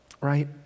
right